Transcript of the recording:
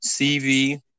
CV